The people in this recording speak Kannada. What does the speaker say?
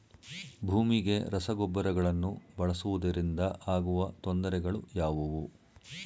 ಭೂಮಿಗೆ ರಸಗೊಬ್ಬರಗಳನ್ನು ಬಳಸುವುದರಿಂದ ಆಗುವ ತೊಂದರೆಗಳು ಯಾವುವು?